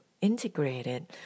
integrated